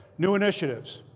new initiatives.